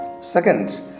Second